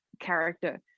character